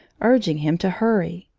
urging him to hurry.